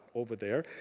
over there.